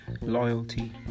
loyalty